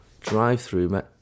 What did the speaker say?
Drive-through